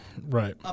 Right